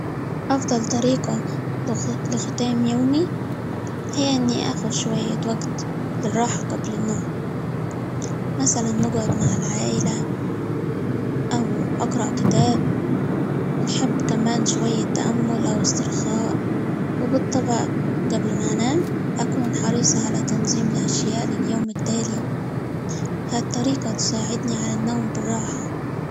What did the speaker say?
أفضل طريقة -لخ- لختام يومي، هى إنى آخد شوية وقت للراحة قبل النوم، مثلًا نقعد مع العائلة، أو أقرأ كتاب، نحب كمان شوية تأمل، أو استرخاء، وبالطبع قبل ما أنام أكون حريصة على تنظيم الأشياء لليوم التالي، هالطريقة تساعدني على النوم براحة.